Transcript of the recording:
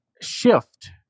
shift